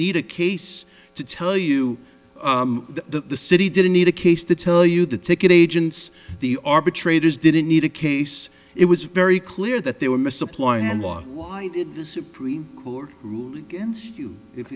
need a case to tell you the city didn't need a case to tell you the ticket agents the arbitrators didn't need a case it was very clear that they were misapplying and the supreme court ruled against you if